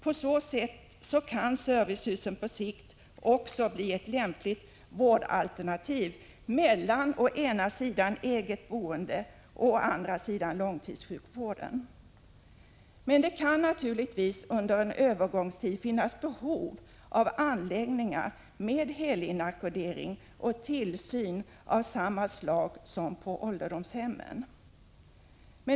På så sätt kan servicehusen på sikt också bli ett lämpligt vårdalternativ mellan å ena sidan eget boende och å andra sidan långtidssjukvården. Men det kan naturligtvis under en övergångstid finnas behov av anläggningar med helinackordering och tillsyn av samma slag som på ålderdomshemmen.